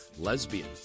Lesbian